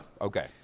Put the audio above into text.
Okay